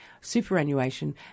superannuation